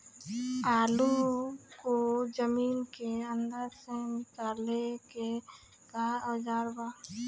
आलू को जमीन के अंदर से निकाले के का औजार बा?